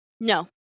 No